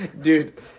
Dude